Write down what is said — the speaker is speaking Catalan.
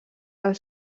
als